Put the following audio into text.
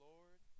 Lord